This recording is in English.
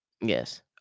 Yes